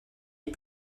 est